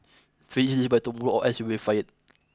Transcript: finish this by tomorrow or else you'll be fired